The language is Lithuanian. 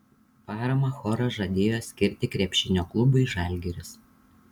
paramą choras žadėjo skirti krepšinio klubui žalgiris